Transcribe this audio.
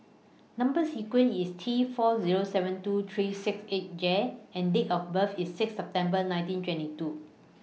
Number sequence IS T four Zero seven two three six eight J and Date of birth IS six September nineteen twenty two